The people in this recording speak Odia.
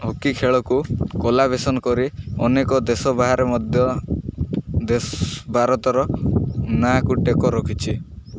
ହକି ଖେଳକୁ କଲାବେସନ କରି ଅନେକ ଦେଶ ବାହାରେ ମଧ୍ୟ ଭାରତର ନାଁକୁ ଟେକ ରଖିଛି